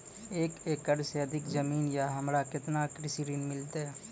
एक एकरऽ से अधिक जमीन या हमरा केतना कृषि ऋण मिलते?